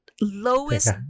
lowest